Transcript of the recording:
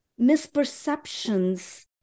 misperceptions